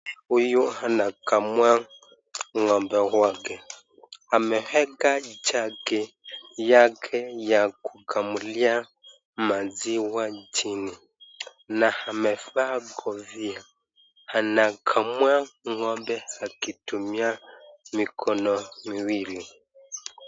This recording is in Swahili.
Huyu anakamua ng'ombe wake ameeka jagi yake ya kukamulia maziwa chini na amevaa kofia anakamua ng'ombe akitumia mikono miwili.